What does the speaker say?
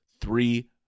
three